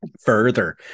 Further